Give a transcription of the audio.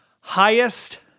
highest